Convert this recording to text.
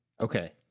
okay